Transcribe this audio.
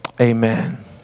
Amen